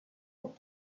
but